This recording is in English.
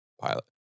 pilot